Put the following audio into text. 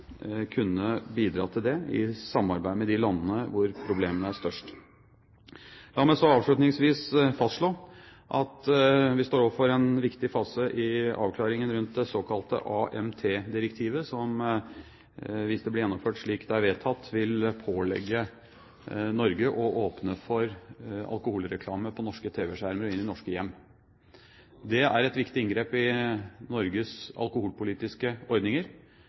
kunne bidratt til det i samarbeid med de landene hvor problemene er størst. La meg så avslutningsvis fastslå at vi står overfor en viktig fase i avklaringen rundt det såkalte AMT-direktivet, som hvis det blir gjennomført slik det er vedtatt, vil pålegge Norge å åpne for alkoholreklame på norske TV-skjermer, i norske hjem. Det er et viktig inngrep i Norges alkoholpolitiske ordninger.